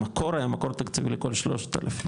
במקור היה מקור תקציבי לכל ה-3,000,